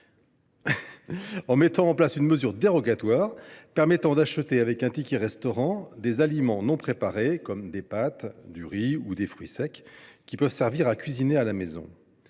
Puissat, avec une mesure dérogatoire permettant d’acheter avec un ticket restaurant des aliments non préparés comme des pâtes, du riz, ou des fruits secs, qui peuvent servir à cuisiner à la maison.